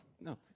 No